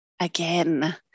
again